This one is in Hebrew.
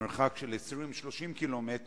מרחק של 20 או 30 ק"מ,